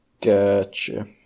Gotcha